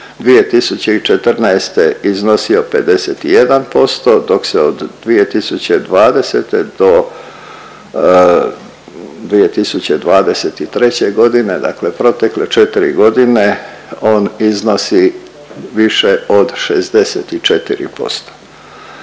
2014. iznosio 51%, dok se od 2020. do 2023. g. dakle protekle 4 godine on iznosi više od 64%.